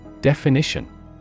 Definition